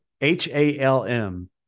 H-A-L-M